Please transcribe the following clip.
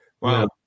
Wow